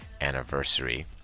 anniversary